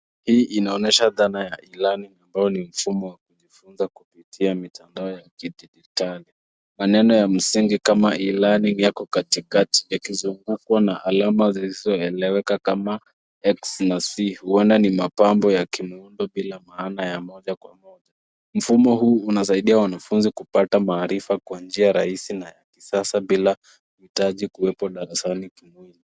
Hii inaonyesha dhana ya filamu ambao ni mfumo wa kufunza kupitia mitandao ya kidijitali. Maneno ya msingi kama E -Learning yako katikati yakizungukwa na alama zisozoeleweka kama X na C ; huenda ni mapambo ya kimuundo bila maana ya moja kwa moja. Mfumo huu unasaidia wanafunzi kupata maarifa kwa njia rahisi na sasa bila hitaji kuwepo darasani kimwili.